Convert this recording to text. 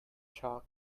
chalk